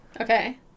okay